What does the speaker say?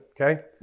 okay